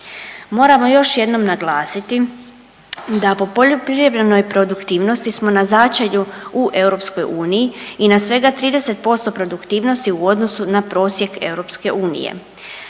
Moramo još jednom naglasiti da po poljoprivrednoj produktivnosti smo na začelju u EU i na svega 30% produktivnosti u odnosu na prosjek EU.